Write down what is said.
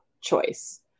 choice